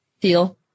deal